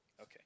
Okay